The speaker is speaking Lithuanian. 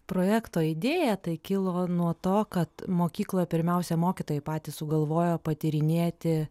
projekto idėja kilo nuo to kad mokykloje pirmiausia mokytojai patys sugalvojo patyrinėti